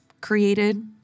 created